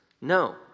No